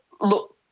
look